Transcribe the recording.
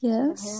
Yes